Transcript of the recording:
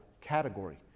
category